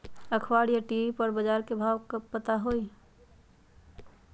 अखबार या टी.वी पर बजार के भाव पता होई?